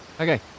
Okay